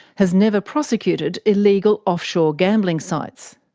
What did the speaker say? has never prosecuted illegal offshore gambling sites.